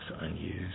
unused